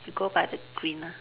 go by the green lah